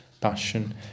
passion